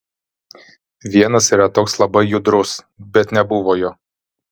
vienas yra toks labai judrus bet nebuvo jo